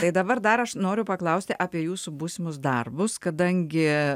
tai dabar dar aš noriu paklausti apie jūsų būsimus darbus kadangi